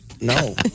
No